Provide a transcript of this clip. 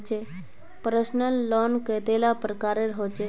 Personal loan कतेला प्रकारेर होचे?